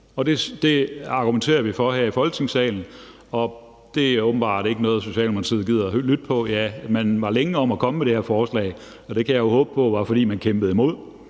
Det argumenterer vi for her i Folketingssalen, og det er åbenbart ikke noget, Socialdemokratiet gider at lytte på. Ja, man var længe om at komme med det her forslag, og det kan jeg jo håbe på var, fordi man kæmpede imod.